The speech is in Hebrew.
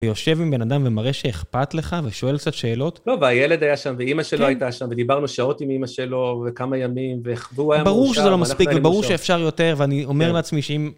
יושב עם בן אדם ומראה שאכפת לך ושואל קצת שאלות? לא, והילד היה שם ואימא שלו הייתה שם, ודיברנו שעות עם אימא שלו וכמה ימים, והוא היה מאושר, ואנחנו היינו... ברור שזה לא מספיק וברור שאפשר יותר, ואני אומר לעצמי שאם...